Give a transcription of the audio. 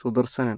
Sudarshanan